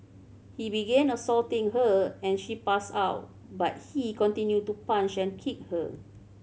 he began assaulting her and she passed out but he continued to punch and kick her